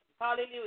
hallelujah